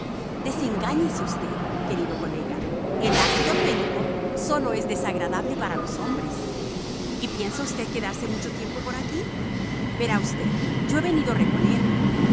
desengáñese usted querido colega el ácido fénico sólo es desagradable para los hombres y piensa usted quedarse mucho tiempo por aquí verá usted yo he venido a reponerme